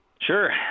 Sure